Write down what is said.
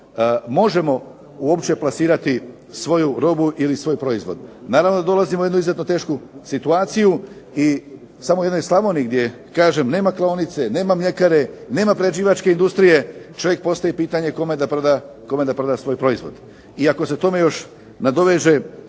možemo plasirati svoju robu ili svoj proizvod? Naravno da dolazimo u jednu izuzetno tešku situaciju i samo jednoj Slavoniji nema klaonice, nema mljekare, nema prerađivačke industrije, čovjek postavi pitanje kome da proda svoj proizvod. I ako se tome još nadoveže